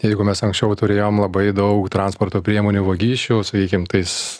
jeigu mes anksčiau turėjom labai daug transporto priemonių vagysčių sakykim tais